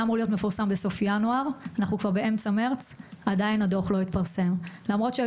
זה אומר יום לפני ויום אחרי שהרופא לא נמצא בבית